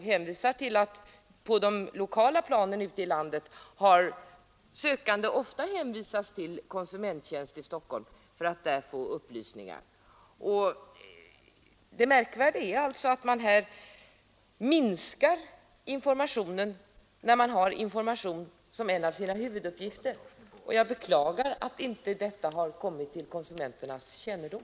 Jag vill nämna att på det lokala planet ute i landet har sökande ofta hänvisats till konsumenttjänst i Stockholm för upplysningar av olika slag. Det märkliga är alltså att verket här har minskat informationen, trots att verket har information som en av sina huvuduppgifter. Jag beklagar att detta inte har kommit till konsumenternas kännedom.